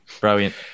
Brilliant